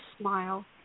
smile